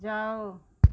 जाओ